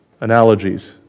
analogies